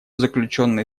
заключенные